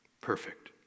perfect